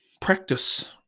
practice